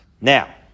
Now